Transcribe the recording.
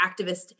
activists